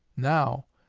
now,